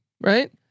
right